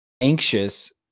anxious